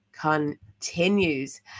continues